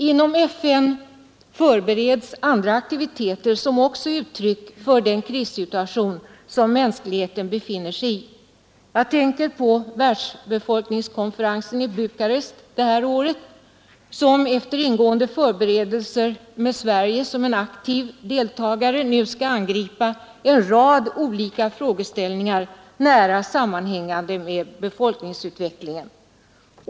Inom FN förbereds andra aktiviteter som också är uttryck för den krissituation som mänskligheten befinner sig i. Jag tänker på världsbefolkningskonferensen i Bukarest det här året som efter ingående förberedelser, med Sverige som en aktiv deltagare, nu skall angripa en rad olika frågeställningar, nära sammanhängande med befolkningsutvecklingen.